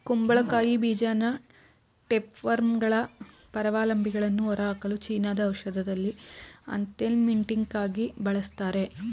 ಕುಂಬಳಕಾಯಿ ಬೀಜನ ಟೇಪ್ವರ್ಮ್ಗಳ ಪರಾವಲಂಬಿಗಳನ್ನು ಹೊರಹಾಕಲು ಚೀನಾದ ಔಷಧದಲ್ಲಿ ಆಂಥೆಲ್ಮಿಂಟಿಕಾಗಿ ಬಳಸ್ತಾರೆ